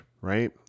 right